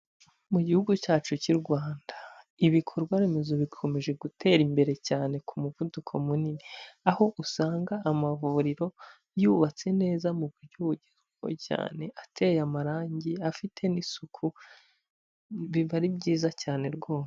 Mu gihugu cyacu cy'u Rwanda, ibikorwaremezo bikomeje gutera imbere cyane ku muvuduko munini, aho usanga amavuriro yubatse neza mu buryo bugezweho cyane, ateye amarangi, afite n'isuku, biba ari byiza cyane rwose.